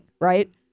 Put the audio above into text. Right